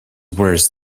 worse